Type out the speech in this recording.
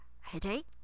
headache